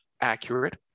accurate